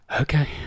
Okay